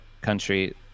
country